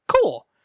Cool